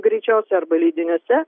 greičiausiai arba leidiniuose